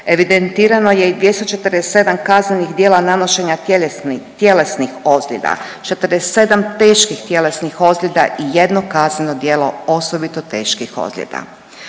evidentirano je i 247 kaznenih djela nanošenja tjelesnih, tjelesnih ozljeda, 47 teških tjelesnih ozljeda i jedno kazneno djelo osobito teških ozljeda.